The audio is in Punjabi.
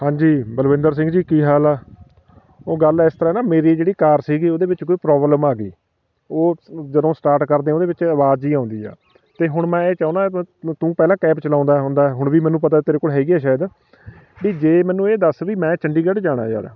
ਹਾਂਜੀ ਬਲਵਿੰਦਰ ਸਿੰਘ ਜੀ ਕੀ ਹਾਲ ਆ ਉਹ ਗੱਲ ਇਸ ਤਰ੍ਹਾਂ ਨਾ ਮੇਰੀ ਜਿਹੜੀ ਕਾਰ ਸੀਗੀ ਉਹਦੇ ਵਿੱਚ ਕੋਈ ਪ੍ਰੋਬਲਮ ਆ ਗਈ ਉਹ ਜਦੋਂ ਸਟਾਰਟ ਕਰਦੇ ਉਹਦੇ ਵਿੱਚ ਆਵਾਜ਼ ਜੀ ਆਉਂਦੀ ਆ ਅਤੇ ਹੁਣ ਮੈਂ ਇਹ ਚਾਹੁੰਦਾ ਤੂੰ ਪਹਿਲਾਂ ਕੈਬ ਚਲਾਉਂਦਾ ਹੁੰਦਾ ਹੁਣ ਵੀ ਮੈਨੂੰ ਪਤਾ ਤੇਰੇ ਕੋਲ ਹੈਗੀ ਆ ਸ਼ਾਇਦ ਵੀ ਜੇ ਮੈਨੂੰ ਇਹ ਦੱਸ ਵੀ ਮੈਂ ਚੰਡੀਗੜ੍ਹ ਜਾਣਾ ਯਾਰ